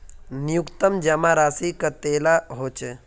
न्यूनतम जमा राशि कतेला होचे?